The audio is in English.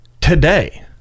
today